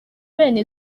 bene